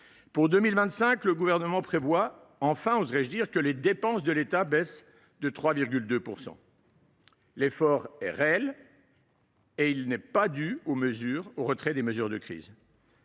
Pour 2025, le Gouvernement prévoit « enfin », oserais je dire, que les dépenses de l’État baissent de 3,2 %. L’effort, qui n’est pas lié au retrait des mesures de crise,